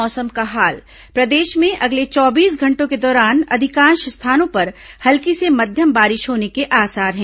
मौसम प्रदेश में अगले चौबीस घंटों के दौरान अधिकांश स्थानों पर हल्की से मध्यम बारिश होने के आसार हैं